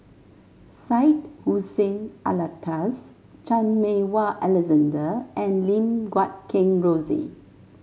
Syed Hussein Alatas Chan Meng Wah Alexander and Lim Guat Kheng Rosie